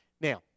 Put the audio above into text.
Now